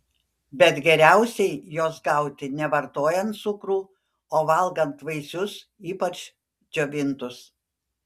bet geriausiai jos gauti ne vartojant cukrų o valgant vaisius ypač džiovintus